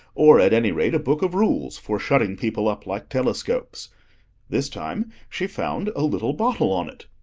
or at any rate a book of rules for shutting people up like telescopes this time she found a little bottle on it,